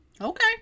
Okay